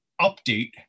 update